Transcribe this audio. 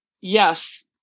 Yes